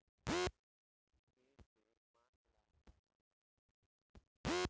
भेड़ के मांस ला काटल जाला